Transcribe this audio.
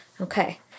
Okay